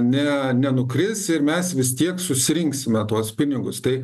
ne nenukris ir mes vis tiek susirinksime tuos pinigus tai